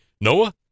noah